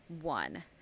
one